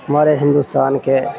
ہمارا ہندوستان کے